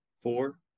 four